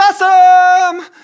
awesome